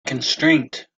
constraint